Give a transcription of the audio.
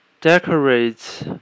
decorates